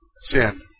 Sin